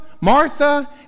Martha